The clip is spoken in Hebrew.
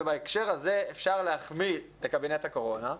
ובהקשר הזה אפשר להחמיא לקבינט הקורונה,